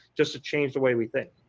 just to change the way we think.